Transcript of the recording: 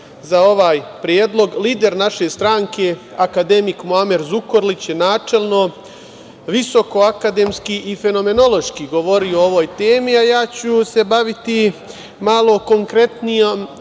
za ovaj predlog. Lider naše stranke akademik Muamer Zukorlić je načelno visok-akademski i fenomenološki govorio o ovoj temi, a ja ću se baviti malo konkretnijom